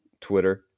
Twitter